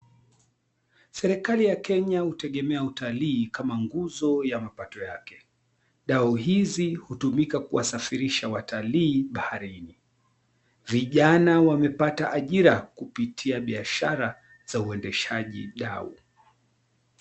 Serikali ya Kenya hutegemea utalii kama nguzo ya mapato yake. Dau hizi hutumika kuwasafirisha watalii baharini. Vijana wamepata ajira kupitia biashara za uendeshaji dau.